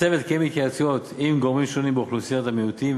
הצוות קיים התייעצויות עם גורמים שונים באוכלוסיית המיעוטים,